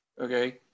okay